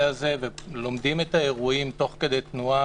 הזה ולומדים את האירועים תוך כדי תנועה,